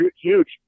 huge